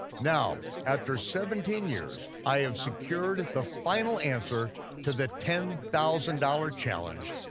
now, after seventeen years, i have secured the final answer to the ten thousand dollars challenge,